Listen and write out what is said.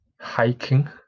hiking